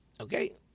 Okay